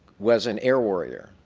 was an air warrior.